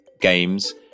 games